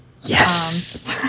Yes